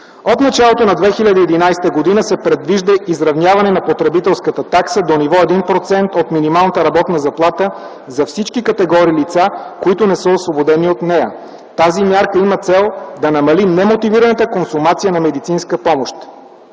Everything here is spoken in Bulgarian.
От началото на 2011 г. се предвижда изравняване на потребителската такса до ниво 1% от минималната работна заплата за всички категории лица, които не са освободени от нея. Тази мярка има цел да намали немотивираната консумация на медицинска помощ.